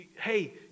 hey